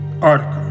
article